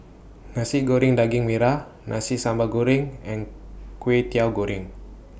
Nasi Goreng Daging Merah Nasi Sambal Goreng and Kway Teow Goreng